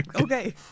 Okay